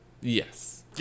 Yes